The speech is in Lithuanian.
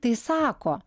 tai sako